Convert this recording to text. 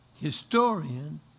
historian